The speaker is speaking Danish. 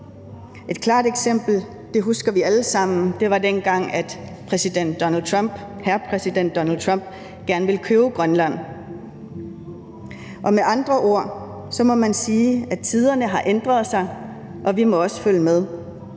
Et klart eksempel, som vi alle sammen husker, var dengang, hvor præsident Donald Trump gerne ville købe Grønland. Med andre ord må man sige, at tiderne har ændret sig, og vi må også følge med.